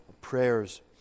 prayers